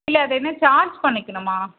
இல்லை அது என்ன சார்ஜ் பண்ணிக்கணுமா